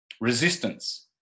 resistance